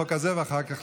אתה פחדן וצבוע.